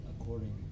according